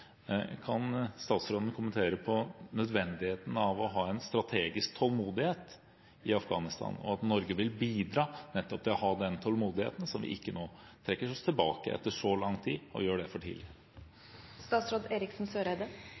kan statsråden kommentere på nødvendigheten av å ha en strategisk tålmodighet i Afghanistan, og at Norge vil bidra til nettopp den tålmodigheten så vi ikke nå trekker oss tilbake etter så lang tid og gjør det for tidlig?